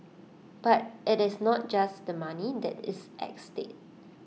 but IT is not just the money that is at stake